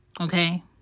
Okay